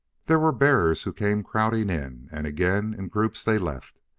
there were bearers who came crowding in and again in groups they left.